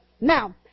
Now